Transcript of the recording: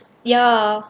ya